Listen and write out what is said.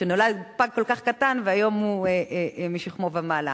שנולד פג כל כך קטן והיום הוא משכמו ומעלה.